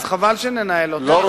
אז חבל שננהל אותו כרגע.